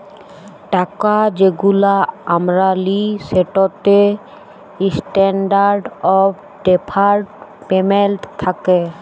টাকা যেগুলা আমরা লিই সেটতে ইসট্যান্ডারড অফ ডেফার্ড পেমেল্ট থ্যাকে